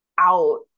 out